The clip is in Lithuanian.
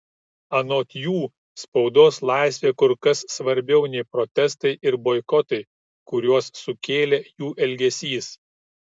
anot jų spaudos laisvė kur kas svarbiau nei protestai ir boikotai kuriuos sukėlė jų elgesys